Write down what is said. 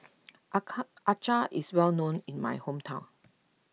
Acar is well known in my hometown